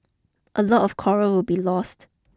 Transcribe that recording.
a lot of coral will be lost